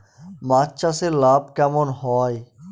মাছ চাষে লাভ কেমন হয়?